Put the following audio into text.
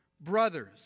Brothers